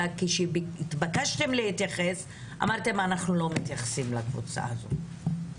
אלא שכשהתבקשתם להתייחס אמרתם שאתם לא מתייחסים לקבוצה הזאת.